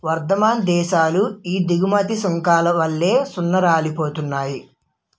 వర్థమాన దేశాలు ఈ దిగుమతి సుంకాల వల్లే కూనారిల్లిపోతున్నాయి